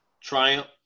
Triumph